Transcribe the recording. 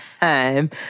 time